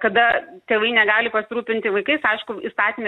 kada tėvai negali pasirūpinti vaikais aišku įstatyme